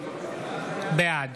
בעד